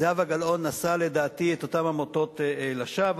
זהבה גלאון נשאה לדעתי את שמן של אותן עמותות לשווא,